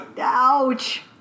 Ouch